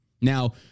Now